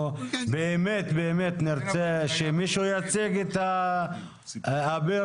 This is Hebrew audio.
אנחנו באמת נרצה שמישהו יציג את - אביר